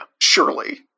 Surely